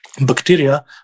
bacteria